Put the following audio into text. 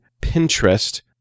Pinterest